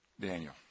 Daniel